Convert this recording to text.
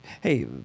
Hey